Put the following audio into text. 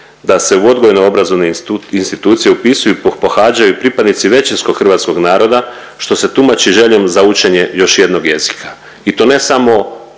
da se u odgojno obrazovne institucije upisuju i pohađaju pripadnici većinskog hrvatskog naroda, što se tumači željom za učenje još jednog jezika i to ne samo